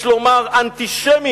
יש לומר אנטישמים,